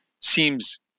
seems